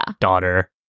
daughter